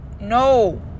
no